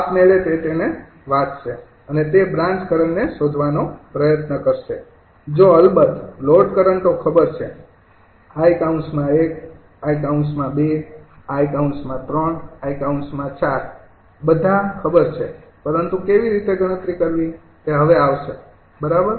આપમેળે તે તેને વાંચશે અને તે બ્રાન્ચ કરંટને શોધવાનો પ્રયત્ન કરશે જો અલબત્ત લોડ કરંટો ખબર છે 𝑖૧ 𝑖૨ 𝑖૩ 𝑖૪ બધા ખબર છે પરંતુ કેવી રીતે ગણતરી કરવી તે હવે આવશે બરાબર